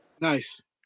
nice